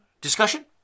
discussion